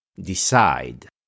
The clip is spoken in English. decide